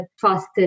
faster